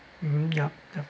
mmhmm yup yup